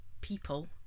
people